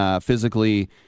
physically